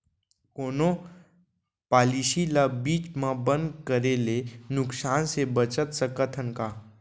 कोनो पॉलिसी ला बीच मा बंद करे ले नुकसान से बचत सकत हन का?